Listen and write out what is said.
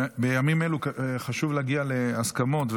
בימים אלה חשוב להגיע להסכמות,